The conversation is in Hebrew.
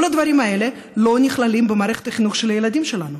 כל הדברים האלה לא נכללים במערכת החינוך של הילדים שלנו.